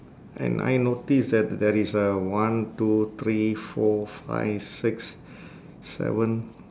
and I noticed that there is uh one two three four five six seven